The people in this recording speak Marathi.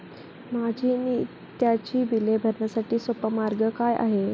माझी नित्याची बिले भरण्यासाठी सोपा मार्ग काय आहे?